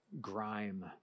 grime